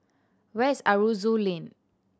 where is Aroozoo Lane